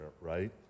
right